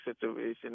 situation